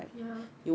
ya